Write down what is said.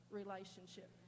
relationship